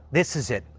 this is it.